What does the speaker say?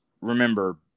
remember